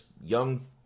young